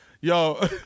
Yo